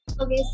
Okay